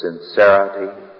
sincerity